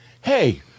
hey –